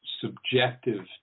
subjective